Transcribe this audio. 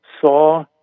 saw